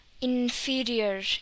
inferior